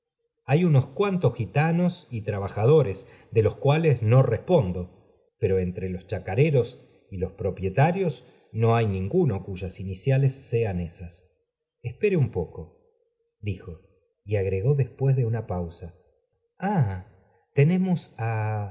hay unos cuantos gitanob y trabajadores de los cuales no respondo pero entre los chacareros y los propietarios no hay ninguno cuyas iniciales sean esas espere un poco dijo y agregó despuéis de una pausa tenemos á